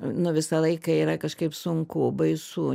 nu visą laiką yra kažkaip sunku baisu